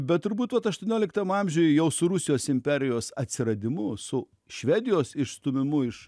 bet turbūt vat aštuonioliktam amžiuj jau su rusijos imperijos atsiradimu su švedijos išstūmimu iš